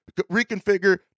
reconfigure